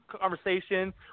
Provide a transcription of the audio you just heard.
conversation